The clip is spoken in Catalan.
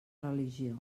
religió